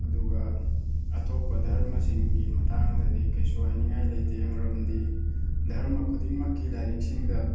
ꯑꯗꯨꯒ ꯑꯇꯣꯞꯄ ꯗꯔꯃꯁꯤꯡꯒꯤ ꯃꯇꯥꯡꯗꯗꯤ ꯀꯩꯁꯨ ꯍꯥꯏꯅꯤꯡꯉꯥꯏ ꯂꯩꯇꯦ ꯃꯔꯝꯗꯤ ꯗꯔꯃ ꯈꯨꯗꯤꯡꯃꯛꯀꯤ ꯂꯥꯏꯔꯤꯛꯁꯤꯡꯗ